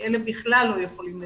כי אלה בכלל לא יכולים לדבר.